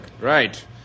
Right